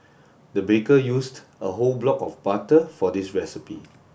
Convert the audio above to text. the baker used a whole block of butter for this recipe